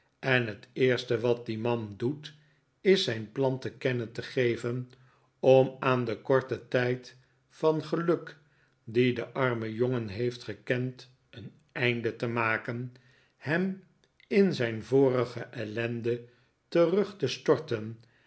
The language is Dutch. en het eerste wat die man doet is zijn plan te kennen te geven om aan den korten tijd van geluk dien de arme jongen heeft gekend een einde te maken hem in zijn vorige ellende terug te storten